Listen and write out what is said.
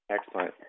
Excellent